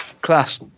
class